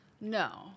No